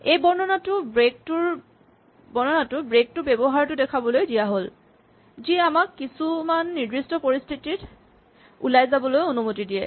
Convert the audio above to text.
এই বৰ্ণনাটো ব্ৰেক টোৰ ব্যৱহাৰটো দেখাবলৈ দিয়া হ'ল যি আমাক কিছুমান নিৰ্দিষ্ট পৰিস্হিতিত ওলাই যাবলৈ অনুমতি দিয়ে